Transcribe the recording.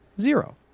zero